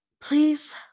Please